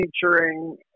featuring